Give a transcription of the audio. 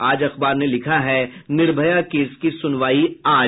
आज अखबार ने लिखा है निर्भया केस की सुनवाई आज